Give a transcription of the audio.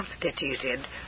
constituted